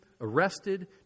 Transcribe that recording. arrested